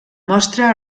mostra